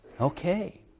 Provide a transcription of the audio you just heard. okay